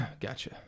Gotcha